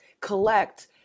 collect